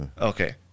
Okay